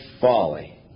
folly